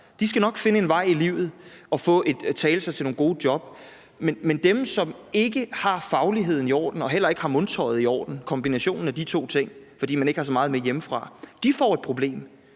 De skal nok finde en vej i livet og tale sig til nogle gode job. Men dem, som ikke har fagligheden i orden og heller ikke har mundtøjet i orden – kombinationen af de to ting – fordi de ikke har så meget med hjemmefra, får et problem,